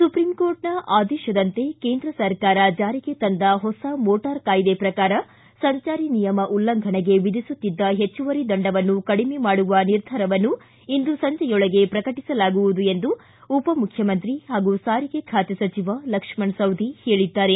ಸುಪ್ರೀಂಕೋರ್ಟ್ನ ಆದೇಶದಂತೆ ಕೇಂದ್ರ ಸರಕಾರ ಜಾರಿಗೆ ತಂದ ಹೊಸ ಮೋಟಾರ್ ಕಾಯ್ದೆ ಪ್ರಕಾರ ಸಂಚಾರಿ ನಿಯಮ ಉಲ್ಲಂಘನೆಗೆ ವಿಧಿಸುತ್ತಿದ್ದ ಹೆಚ್ಚುವರಿ ದಂಡವನ್ನು ಕಡಿಮೆ ಮಾಡುವ ನಿರ್ಧಾರವನ್ನು ಇಂದು ಸಂಜೆಯೊಳಗೆ ಪ್ರಕಟಸಲಾಗುವುದು ಎಂದು ಉಪಮುಖ್ಯಮಂತ್ರಿ ಹಾಗೂ ಸಾರಿಗೆ ಖಾತೆ ಸಚಿವ ಲಕ್ಷ್ಮಣ ಸವದಿ ಹೇಳಿದ್ದಾರೆ